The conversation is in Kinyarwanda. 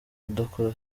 kudakora